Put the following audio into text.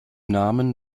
namen